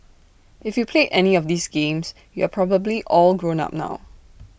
if you played any of these games you are probably all grown up now